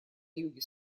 юге